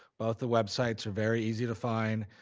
both the websites are very easy to find.